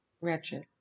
Wretched